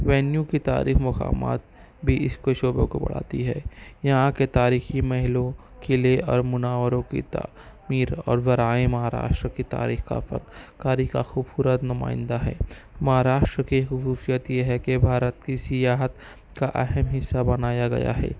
venue کی تاریخ مقامات بھی اس کے شعبوں کو بڑھاتی ہے یہاں کے تاریخی محلوں کے لئے اور مناوروں کی تعمیر اور ذرائع مہاراشٹر کا تاریخ کا فرق کاری کا خوبصورت نمائندہ ہے مہاراشٹر کے خصوصیت یہ ہے کہ بھارت کی سیاحت کا اہم حصہ بنایا گیا ہے